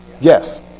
yes